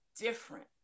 different